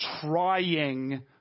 trying